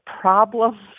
problems